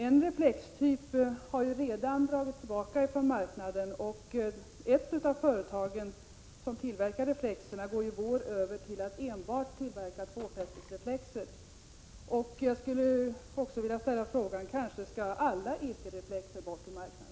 En reflextyp har redan dragits tillbaka från marknaden, och ett av de företag som tillverkar reflexerna skall i vår gå över till att tillverka enbart tvåfästesreflexer. Möjligen är det så att alla ekerreflexer skall bort ur marknaden.